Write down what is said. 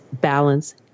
balance